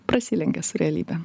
prasilenkia su realybe